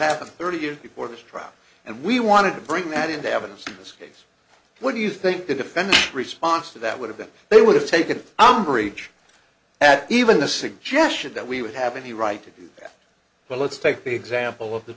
happened thirty years before this trial and we wanted to bring that into evidence this case what do you think the defense response to that would have been they would have taken umbrage at even the suggestion that we would have any right to do that but let's take the example of the